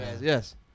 yes